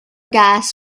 gas